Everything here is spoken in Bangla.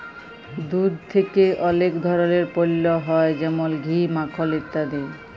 দুধ থেক্যে অলেক ধরলের পল্য হ্যয় যেমল ঘি, মাখল ইত্যাদি